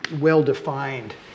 well-defined